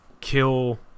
kill